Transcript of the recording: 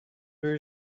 rue